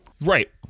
Right